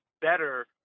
better